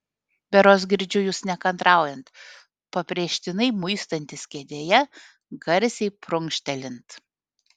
berods girdžiu jus nekantraujant pabrėžtinai muistantis kėdėje garsiai prunkštelint